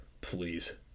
please